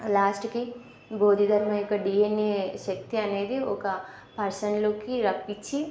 లాస్ట్కి బోధి ధర్మ యొక్క డిఎన్ఏ శక్తి అనేది ఒక పర్సన్లోకి రప్పించి